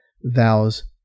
vows